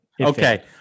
Okay